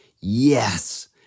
yes